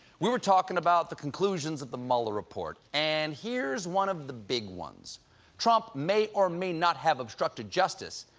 we were talking about the conclusions of the mueller report. and here's one of the big ones trump may or may not have obstructed justice,